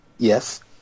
Yes